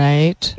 Right